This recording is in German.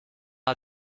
hat